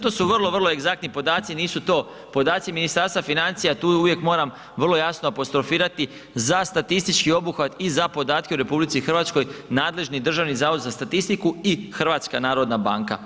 To su vrlo, vrlo egzaktni podaci, nisu to podaci Ministarstva financija tu uvijek vrlo jasno apostrofirati za statistički obuhvat i za podatke u RH nadležni Državni zavod za statistiku i HNB.